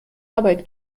arbeit